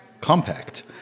compact